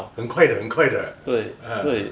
很快的很快的 ah